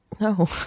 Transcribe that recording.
No